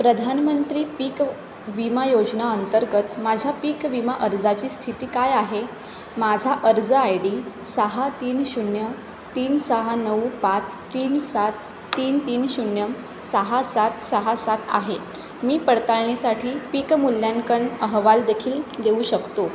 प्रधानमंत्री पीक विमा योजना अंतर्गत माझ्या पीक विमा अर्जाची स्थिती काय आहे माझा अर्ज आय डी सहा तीन शून्य तीन सहा नऊ पाच तीन सात तीन तीन शून्य सहा सात सहा सात आहे मी पडताळणीसाठी पीक मूल्यांकन अहवाल देखील देऊ शकतो